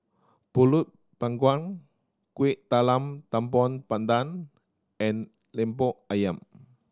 Pulut Panggang Kueh Talam Tepong Pandan and Lemper Ayam